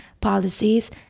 policies